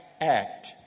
act